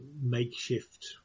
makeshift